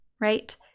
Right